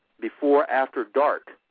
before-after-dark